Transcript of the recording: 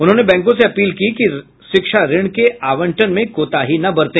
उन्होंने बैंकों से अपील की कि शिक्षा ऋण के आवंटन में कोताही न बरते